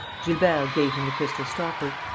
gilbert gave him the crystal stopper.